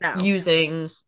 using